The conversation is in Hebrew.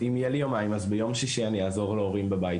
אם יהיו לי יומיים אז ביום שישי אז אעזור להורים בבית,